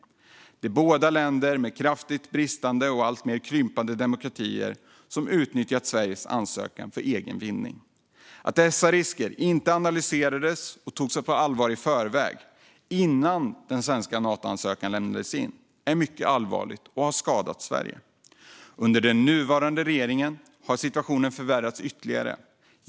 Båda är länder med kraftigt bristande och alltmer krympande demokrati som utnyttjat Sveriges ansökan för egen vinning. Att dessa risker inte analyserades och togs på allvar i förväg, innan den svenska ansökan lämnades in, är mycket allvarligt och har skadat Sverige. Under den nuvarande regeringen har situationen förvärrats ytterligare.